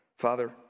Father